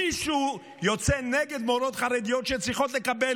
מישהו יוצא נגד מורות חרדיות שצריכות לקבל